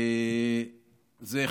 זה,